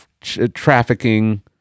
trafficking